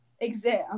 exam